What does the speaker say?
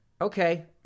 Okay